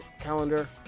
calendar